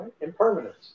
impermanence